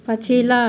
पछिला